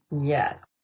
Yes